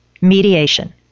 Mediation